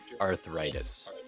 arthritis